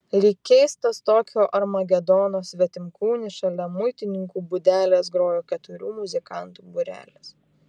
lyg keistas tokio armagedono svetimkūnis šalia muitininkų būdelės grojo keturių muzikantų būrelis